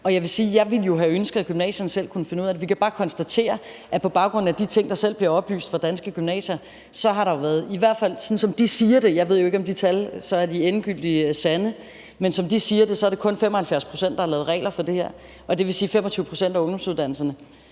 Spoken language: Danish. jo ville have ønsket, at gymnasierne selv kunne finde ud af. Vi kan bare konstatere, at på baggrund af de ting, der bliver oplyst af Danske Gymnasier, så har der været, i hvert fald sådan som de siger det – jeg ved jo ikke, om de tal er endegyldigt sande – kun 75 pct., der har lavet regler for det her. Det vil sige, at det i 25 pct. af ungdomsuddannelserne